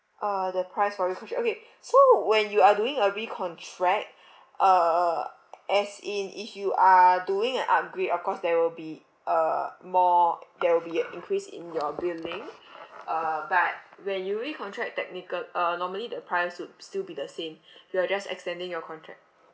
uh the price for recontract okay so when you are doing a recontract uh uh as in if you are doing an upgrade of course there will be uh more there will be a increase in your billing uh but when you recontract technical~ uh normally the price would still be the same you are just extending your contract